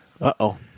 Uh-oh